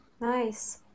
Nice